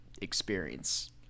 experience